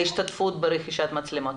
ההשתתפות ברכישת מצלמות?